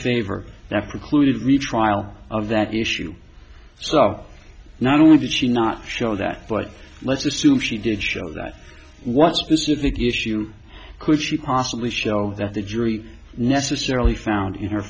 favor that precluded a retrial of that issue so not only did she not show that but let's assume she did show that what specific issue could she possibly show that the jury necessarily found in